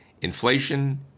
inflation